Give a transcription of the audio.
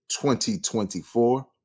2024